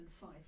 five